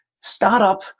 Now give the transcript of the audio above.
startup